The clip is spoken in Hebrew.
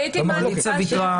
גם הקואליציה ויתרה.